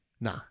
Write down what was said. Nah